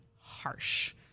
harsh